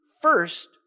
first